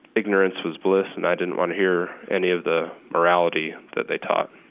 ignorance was bliss, and i didn't want to hear any of the morality that they taught.